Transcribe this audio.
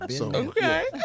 Okay